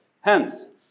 Hence